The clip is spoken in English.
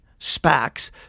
SPACs